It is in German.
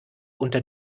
unter